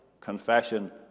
confession